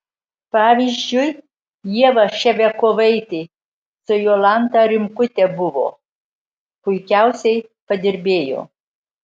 pavyzdžiui ieva ševiakovaitė su jolanta rimkute buvo puikiausiai padirbėjo